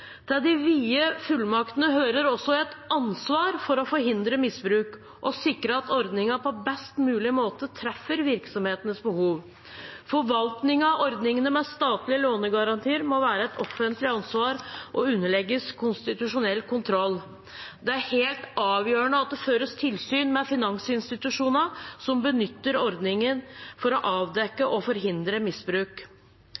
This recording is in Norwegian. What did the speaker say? Til de vide fullmaktene hører også et ansvar for å forhindre misbruk og sikre at ordningen på best mulig måte treffer virksomhetenes behov. Forvaltningen av ordningene med statlige lånegarantier må være et offentlig ansvar og underlegges konstitusjonell kontroll. Det er helt avgjørende at det føres tilsyn med finansinstitusjonene som benytter ordningen, for å avdekke